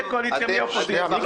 מי הקואליציה ומי האופוזיציה, מיקי?